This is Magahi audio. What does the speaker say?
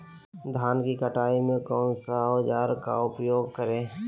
धान की कटाई में कौन सा औजार का उपयोग करे?